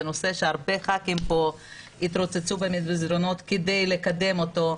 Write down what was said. זה נושא שהרבה ח"כים פה התרוצצו במסדרונות כדי לקדם אותו,